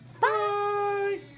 Bye